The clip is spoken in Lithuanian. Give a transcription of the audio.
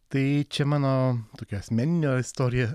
tai čia mano tokia asmeninė istorija